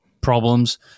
problems